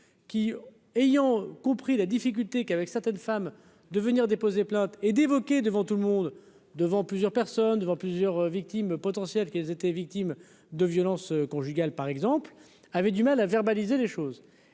qui, ayant compris la difficulté qu'avec certaines femmes de venir déposer plainte et d'évoquer devant tout le monde devant plusieurs personnes devant plusieurs victimes potentielles qu'ils étaient victimes de violences conjugales, par exemple, avait du mal à verbaliser les choses